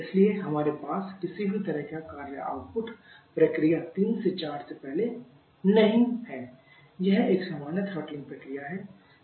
इसलिए हमारे पास किसी भी तरह का कार्य आउटपुट प्रक्रिया 3 से 4 से पहले नहीं है यह एक सामान्य थ्रॉटलिंग प्रक्रिया है